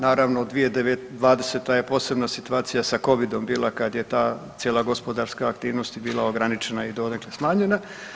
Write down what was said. Naravno 2020. je posebna situacija sa covidom bila kad je ta cijela gospodarska aktivnost bila ograničena o donekle smanjena.